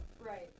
Right